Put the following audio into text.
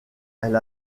elle